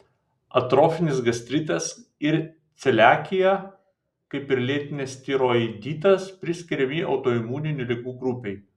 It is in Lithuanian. atrofinis gastritas ir celiakija kaip ir lėtinis tiroiditas priskiriami autoimuninių ligų grupei